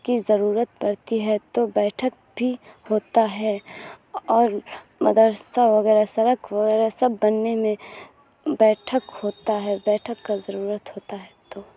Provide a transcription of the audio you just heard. کی ضرورت پڑتی ہے تو بیٹھک بھی ہوتا ہے اور مدرسہ وغیرہ سڑک وغیرہ سب بننے میں بیٹھک ہوتا ہے بیٹھک کا ضرورت ہوتا ہے تو